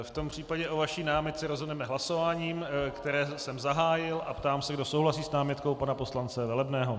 V tom případě o vaší námitce rozhodneme hlasováním, které jsem zahájil, a ptám se, kdo souhlasí s námitkou pana poslance Velebného.